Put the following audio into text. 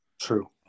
True